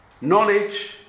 Knowledge